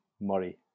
Murray